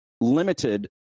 limited